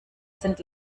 sind